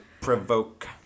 Provoke